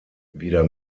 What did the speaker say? wieder